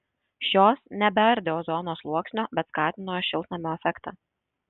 šios nebeardė ozono sluoksnio bet skatino šiltnamio efektą